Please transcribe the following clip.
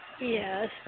Yes